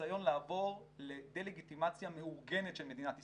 הניסיון לעבור לדה-לגיטימציה מאורגנת של מדינת ישראל,